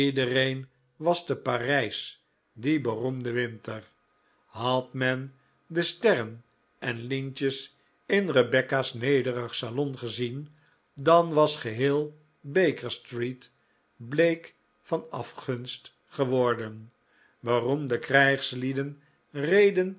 was te parijs dien beroemden winter had men de sterren en lintjes in rebecca's nederig salon gezien dan was geheel bakerstreet bleek van afgunst geworden beroemde krijgslieden